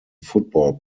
football